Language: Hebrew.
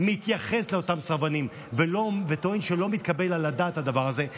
מתייחס לאותם סרבנים וטוען שלא מתקבל על הדעת הדבר הזה,